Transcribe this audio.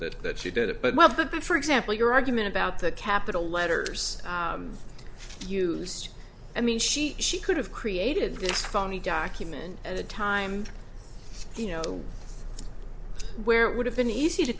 that that she did it but one of the for example your argument about the capital letters used i mean she she could have created this phony document at the time you know where it would have been easy to